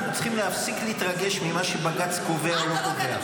אנחנו צריכים להפסיק להתרגש ממה שבג"ץ קובע או לא קובע.